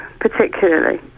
particularly